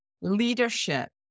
leadership